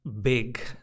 big